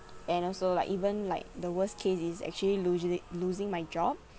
and also like even like the worst case is actually losing it losing my job